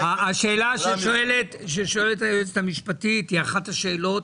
השאלה ששואלת היועצת המשפטית היא אחת השאלות